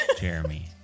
Jeremy